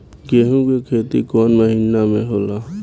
गेहूं के खेती कौन महीना में होला?